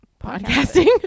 podcasting